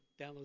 download